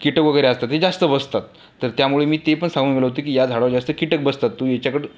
कीटक वगैरे असतात ते जास्त बसतात तर त्यामुळे मी ते पण सांगून गेलो होतो की या झाडाव जास्त कीटक बसतात तू ह्याच्याकडं